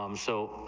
um so,